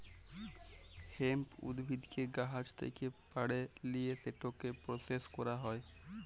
hemp উদ্ভিদকে গাহাচ থ্যাকে পাড়ে লিঁয়ে সেটকে পরসেস ক্যরা হ্যয়